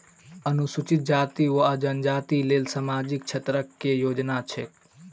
अनुसूचित जाति वा जनजाति लेल सामाजिक क्षेत्रक केँ योजना छैक?